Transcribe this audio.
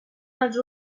els